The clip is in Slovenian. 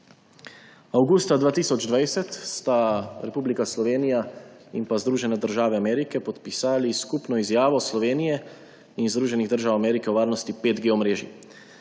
Avgusta 2020 sta Republika Slovenija in Združene države Amerike podpisali skupno izjavo Slovenije in Združenih držav Amerike o varnosti omrežij